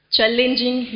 Challenging